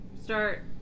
start